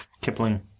Kipling